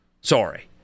Sorry